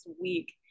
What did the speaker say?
week